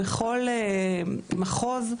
בכל מחוז,